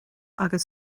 agus